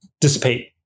dissipate